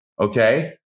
okay